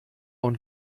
und